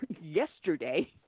yesterday –